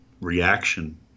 reaction